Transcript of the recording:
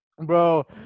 Bro